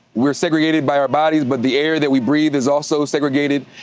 we're segregated by our bodies. but the air that we breathe is also segregated.